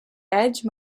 edge